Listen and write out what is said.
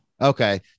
Okay